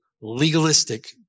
legalistic